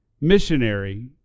missionary